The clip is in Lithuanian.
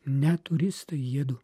ne turistai jiedu